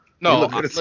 No